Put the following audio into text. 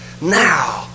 now